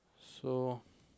so